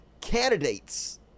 candidates